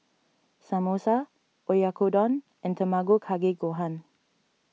Samosa Oyakodon and Tamago Kake Gohan